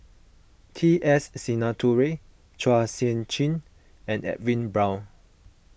T S Sinnathuray Chua Sian Chin and Edwin Brown